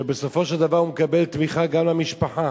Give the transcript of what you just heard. ובסופו של דבר הוא מקבל תמיכה גם למשפחה,